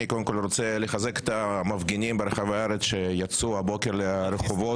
אני רוצה קודם כל לחזק את המפגינים ברחבי הארץ שיצאו הבוקר לרחובות.